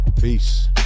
peace